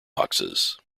boxes